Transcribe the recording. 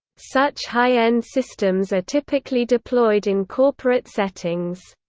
such high-end systems are typically deployed in corporate settings.